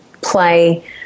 play